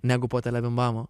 negu po telebimbamo